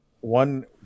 one